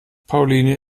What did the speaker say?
pauline